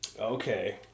Okay